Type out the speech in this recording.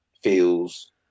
feels